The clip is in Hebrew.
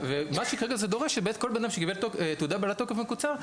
ממה שכרגע זה דורש זה שכל בן אדם שקיבל תעודה בעלת תוקף מקוצר,